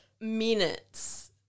minutes